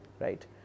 right